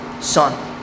Son